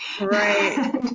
Right